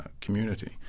community